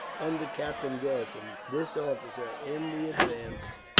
under captain dalton. this officer, in the advance,